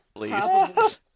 Please